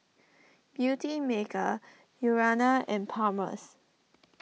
Beautymaker Urana and Palmer's